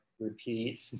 repeat